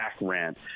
rent